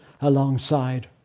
alongside